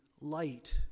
light